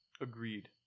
Agreed